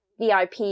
vip